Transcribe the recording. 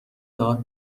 داد